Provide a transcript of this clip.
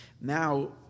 Now